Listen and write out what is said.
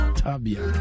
tabia